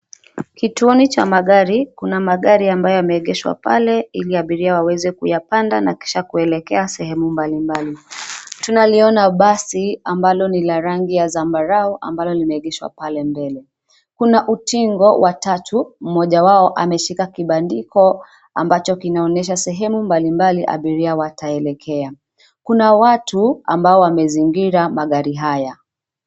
Kituoni cha magari, kuna magari ambayo yameegeshwa pale ili abiria waweze kuyapanda na kisha kuelekea sehemu mbalimbali. Tunaliona basi ambalo ni la rangi ya zambarau ambalo linaegeshwa pale mbele. Kuna utingo wa tatu, mmoja wao ameshika kibandiko ambacho kinaonyesha sehemu mbalimbali abiria wataelekea. Kuna watu ambao wamezingira magari haya.